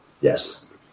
yes